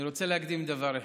אני רוצה להקדים בדבר אחד: